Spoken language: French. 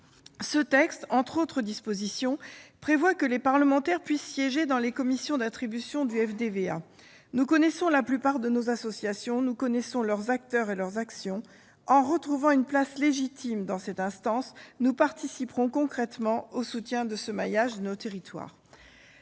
Ce texte, entre autres dispositions, prévoit que les parlementaires puissent siéger dans les commissions d'attribution du FDVA. Nous connaissons la plupart de nos associations, nous connaissons leurs acteurs et leurs actions. En retrouvant une place légitime dans cette instance, nous participerons concrètement au soutien de ce maillage de nos territoires.